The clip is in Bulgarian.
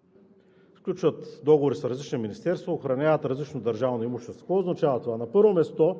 – сключват договори с различни министерства, охраняват различно държавно имущество. Какво означава това? На първо място,